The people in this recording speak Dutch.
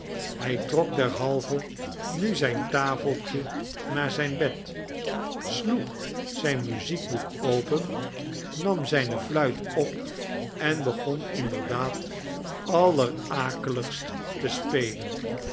hij trok derhalve nu zijn tafeltje naar zijn bed sloeg zijn muziekboek open nam zijne fluit op en begon inderdaad allerakeligst te spelen